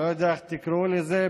אני לא יודע איך תקראו לזה,